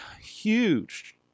huge